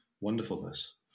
wonderfulness